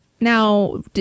now